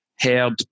herd